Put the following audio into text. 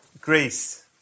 Greece